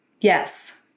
Yes